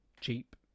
Cheap